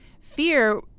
fear